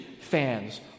fans